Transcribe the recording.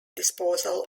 disposal